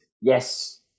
yes